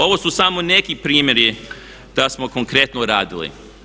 Ovo su samo neki primjeri da smo konkretno radili.